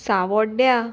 सांवोड्ड्या